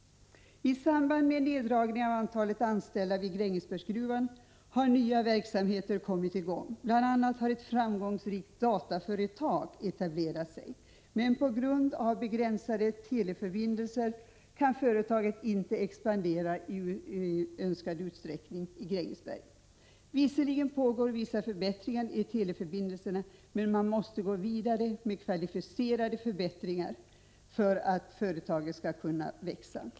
I samband med neddragningen av antalet anställda vid Grängesbergsgruvan har nya verksamheter kommit i gång. Bl.a. har ett framgångsrikt dataföretag etablerat sig där. Men på grund av begränsade teleförbindelser kan företaget inte expandera i önskad utsträckning i Grängesberg. Visserligen pågår vissa förbättringar i teleförbindelserna, men man måste gå vidare med kvalificerade förbättringar för att företagen skall kunna växa.